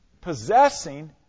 possessing